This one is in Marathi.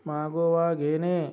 मागोवा घेणे